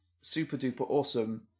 super-duper-awesome